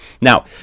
now